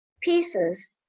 pieces